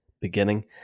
beginning